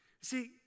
See